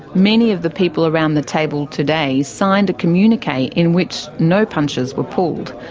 many of the people around the table today signed a communique in which no punches were pulled.